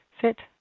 sit